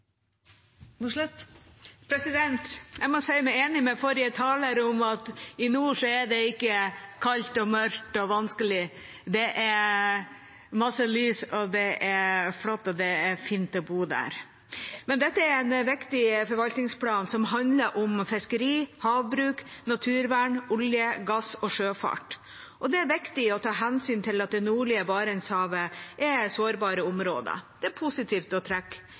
det ikke kaldt og mørkt og vanskelig – det er masse lys, det er flott, og det er fint å bo der. Dette er en viktig forvaltningsplan som handler om fiskeri, havbruk, naturvern, olje, gass og sjøfart, og det er viktig å ta hensyn til at det nordlige Barentshavet er sårbare områder – det er positivt å trekke